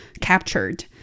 captured